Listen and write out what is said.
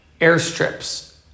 airstrips